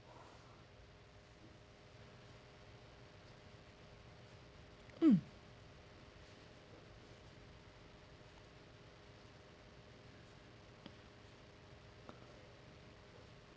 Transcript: mm